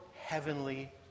heavenly